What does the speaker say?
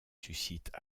suscitent